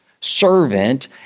servant